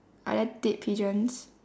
are there dead pigeons